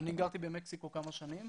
אני גרתי במקסיקו כמה שנים,